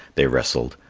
they wrestled,